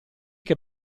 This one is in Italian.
che